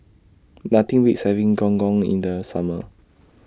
Nothing Beats having Gong Gong in The Summer